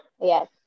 yes